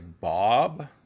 Bob